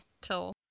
till